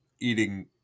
eating